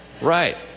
Right